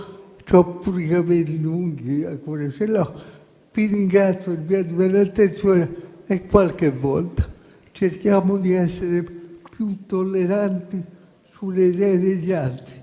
ho anche i capelli lunghi. Vi ringrazio per l'attenzione e qualche volta cerchiamo di essere più tolleranti sulle idee degli altri